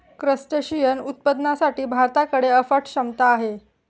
crustacean उत्पादनासाठी भारताकडे अफाट क्षमता आहे